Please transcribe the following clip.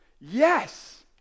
Yes